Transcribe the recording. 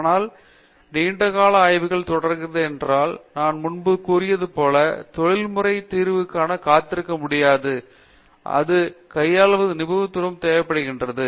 ஆனால் நீண்ட கால ஆய்வு தொடர்கிறது ஏனெனில் நான் முன்பு கூறியது போல் தொழில்முறை தீர்வுக்காக காத்திருக்க முடியாது அது கையாள்வதில் நிபுணத்துவம் தேவைப்படுகிறது